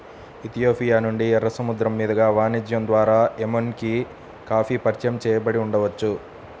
Ethiopia నుండి, ఎర్ర సముద్రం మీదుగా వాణిజ్యం ద్వారా ఎమెన్కి కాఫీ పరిచయం చేయబడి ఉండవచ్చు